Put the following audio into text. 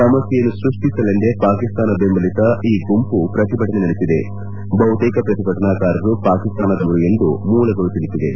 ಸಮಸ್ಥೆಯನ್ನು ಸೃಷ್ಠಿಸಲೆಂದೇ ಪಾಕಿಸ್ತಾನ ಬೆಂಬಲಿತ ಈ ಗುಂಪು ಪ್ರತಿಭಟನೆ ನಡೆಸಿದೆ ಬಹುತೇಕ ಪ್ರತಿಭಟನಾಕಾರರು ಪಾಕಿಸ್ತಾನದವರು ಎಂದು ಮೂಲಗಳು ತಿಳಿಸಿವೆ